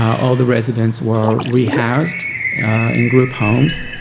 all the residents were rehoused in group homes.